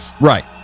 right